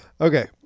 Okay